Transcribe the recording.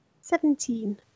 Seventeen